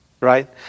right